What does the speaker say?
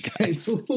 guys